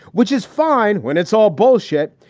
which is fine when it's all bullshit.